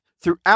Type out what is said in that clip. throughout